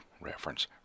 reference